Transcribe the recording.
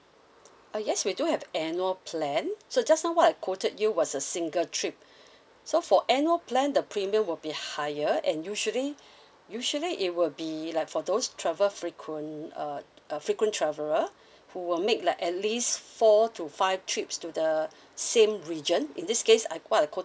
uh yes we do have annual plan so just now what I quoted you was a single trip so for annual plan the premium will be higher and usually usually it will be like for those travel frequent uh a frequent traveller who will make like at least four to five trips to the same region in this case I what I quoted